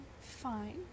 fine